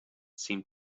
seemed